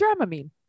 Dramamine